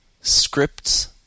scripts